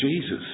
Jesus